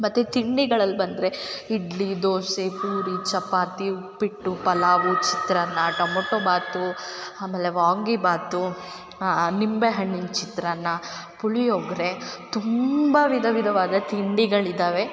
ಮತ್ತು ತಿಂಡಿಗಳಲ್ಲಿ ಬಂದರೆ ಇಡ್ಲಿ ದೋಸೆ ಪೂರಿ ಚಪಾತಿ ಉಪ್ಪಿಟ್ಟು ಪಲಾವು ಚಿತ್ರಾನ್ನ ಟಮೊಟೊ ಬಾತು ಅಮೇಲೆ ವಾಂಗಿಬಾತು ನಿಂಬೆ ಹಣ್ಣಿನ ಚಿತ್ರಾನ್ನ ಪುಳಿಯೋಗರೆ ತುಂಬ ವಿಧವಿಧವಾದ ತಿಂಡಿಗಳಿದಾವೆ